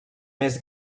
més